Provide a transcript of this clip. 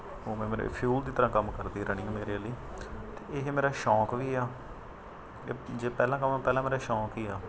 ਉਵੇਂ ਮੇਰੇ ਫਿਊਲ ਦੀ ਤਰਾਂ ਕੰਮ ਕਰਦੀ ਰਨਿੰਗ ਮੇਰੇ ਲਈ ਅਤੇ ਇਹ ਮੇਰਾ ਸ਼ੌਂਕ ਵੀ ਆ ਜੇ ਪਹਿਲਾਂ ਕਹਾਂ ਪਹਿਲਾਂ ਮੇਰਾ ਸ਼ੌਂਕ ਹੀ ਆ